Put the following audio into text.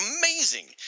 amazing